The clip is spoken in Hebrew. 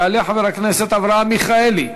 יעלה חבר הכנסת אברהם מיכאלי,